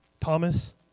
Thomas